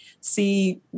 see